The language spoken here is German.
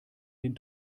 den